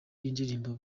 y’indirimbo